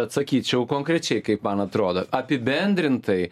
atsakyčiau konkrečiai kaip man atrodo apibendrintai